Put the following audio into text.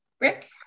Rick